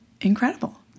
incredible